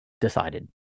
decided